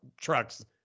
trucks